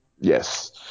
Yes